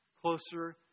closer